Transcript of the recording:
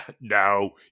no